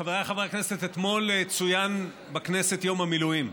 חבריי חברי הכנסת, אתמול צוין בכנסת יום המילואים.